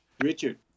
Richard